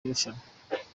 irushanwa